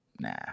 nah